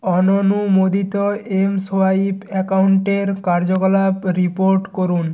অননুমোদিত mSwipe অ্যাকাউন্টের কার্যকলাপ report করুন